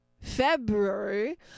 February